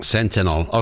Sentinel